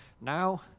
Now